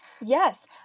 Yes